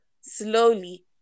slowly